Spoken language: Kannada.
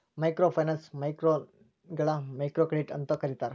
ಮೈಕ್ರೋಫೈನಾನ್ಸ್ ಮೈಕ್ರೋಲೋನ್ಗಳ ಮೈಕ್ರೋಕ್ರೆಡಿಟ್ ಅಂತೂ ಕರೇತಾರ